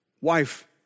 wife